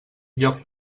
lloc